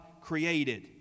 created